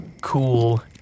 cool